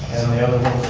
and the other